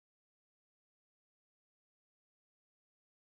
uh I'm working as Ritz-Carlton right now under reservations